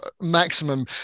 maximum